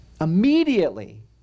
Immediately